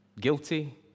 guilty